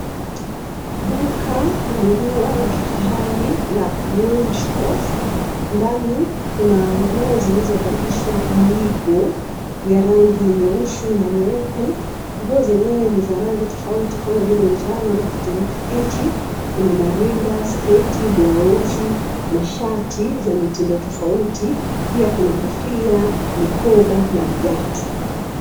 Duka la nguo la kifahari la woolsworth , ndani kuna nguo zilizovalishwa miigo ya rangi nyeusi na nyeupe. Nguo zenyewe ni za rangi tofauti kama vile njano na kijani kibichi. Kuna marinda, sketi , blausi na shati za mitindo tofauti. Pia kuna kofia, mikoba na viatu.